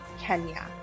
Kenya